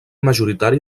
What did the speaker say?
majoritari